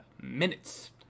minutes